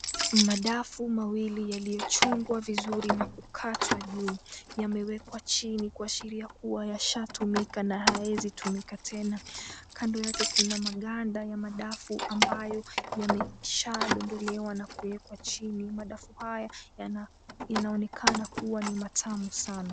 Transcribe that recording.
Madafu mawili yaliyochongwa vizuri na kukatwa juu yamewekwa chini kuashiria kuwa yashatumika na hayawezi tumika tena. Kando yake kuna maganda ya madafu ambayo yameshadondolewa na kuwekwa chini. Madafu haya yanaonekana kuwa ni matamu sana.